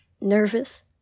Nervous